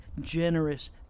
generous